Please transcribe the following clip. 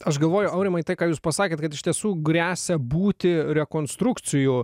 aš galvoju aurimai tai ką jūs pasakėt kad iš tiesų gresia būti rekonstrukcijų